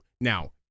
Now